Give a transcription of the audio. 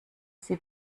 sie